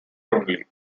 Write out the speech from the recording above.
lonely